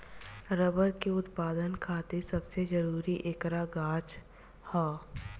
rubber के उत्पदान खातिर सबसे जरूरी ऐकर गाछ ह